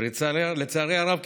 לצערי הרב,